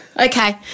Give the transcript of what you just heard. Okay